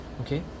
Okay